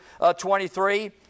23